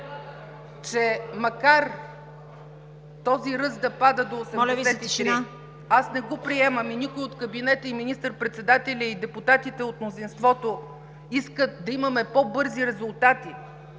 че макар този ръст да пада до 83, аз не го приемам, и никой от кабинета. И министър-председателят, и депутатите от мнозинството искат да имаме по-бързи резултати,